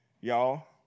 Y'all